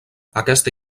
aquesta